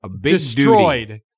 destroyed